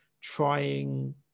trying